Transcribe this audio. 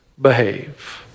behave